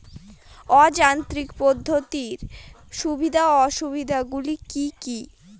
অযান্ত্রিক পদ্ধতির সুবিধা ও অসুবিধা গুলি কি কি?